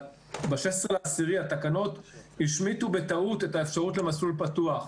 ב-16/10 התקנות השמיטו בטעות את האפשרות למסלול פתוח.